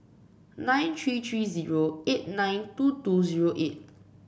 nine three three zero eight nine two two zero eight